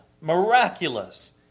Miraculous